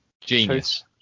Genius